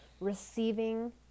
receiving